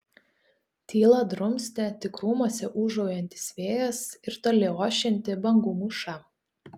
tylą drumstė tik krūmuose ūžaujantis vėjas ir toli ošianti bangų mūša